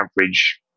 average